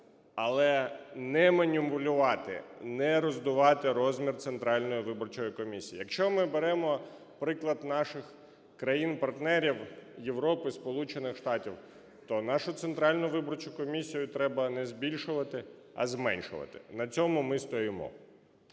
Але не маніпулювати, не роздувати розмір Центральної виборчої комісії. Якщо ми беремо приклад наших країн-партнерів Європи і Сполучених Штатів, то нашу Центральну виборчу комісію треба не збільшувати, а зменшувати. На цьому ми стоїмо.